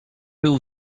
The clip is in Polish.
był